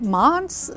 months